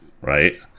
right